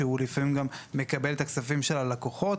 שהוא לפעמים גם מקבל את הכספים של הלקוחות.